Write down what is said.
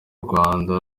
rwanda